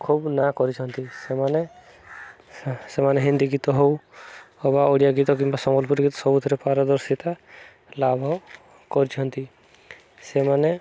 ଖୁବ୍ ନାଁ କରିଛନ୍ତି ସେମାନେ ସେମାନେ ହିନ୍ଦୀ ଗୀତ ହଉ ବା ଓଡ଼ିଆ ଗୀତ କିମ୍ବା ସମ୍ବଲପୁରୀ ଗୀତ ସବୁଥିରେ ପାରଦର୍ଶିତା ଲାଭ କରିଛନ୍ତି ସେମାନେ